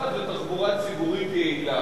מפותחת ותחבורה ציבורית יעילה.